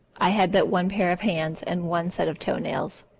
i had but one pair of hands and one set of toe-nails.